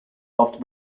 after